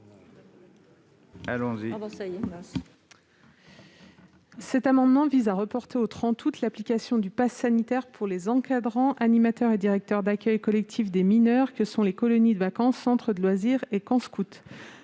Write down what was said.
Noël. Cet amendement vise à reporter au 30 août l'application du passe sanitaire pour les encadrants, animateurs et directeurs d'accueils collectifs de mineurs, ou ACM, que sont les colonies de vacances, centres de loisirs et camps scouts.